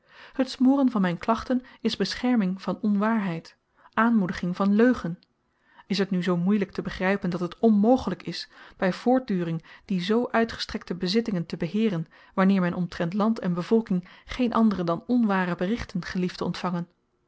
het smoren van myn klachten is bescherming van onwaarheid aanmoediging van leugen is t nu zoo moeielyk te begrypen dat het ommogelyk is by voortduring die zoo uitgestrekte bezittingen te beheeren wanneer men omtrent land en bevolking geen andere dan onware berichten gelieft te ontvangen